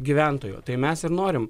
gyventojų tai mes ir norim